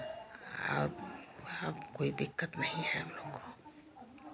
अब अब कोई दिक्कत नहीं है हम लोग को